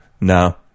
No